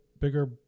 bigger